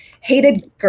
hated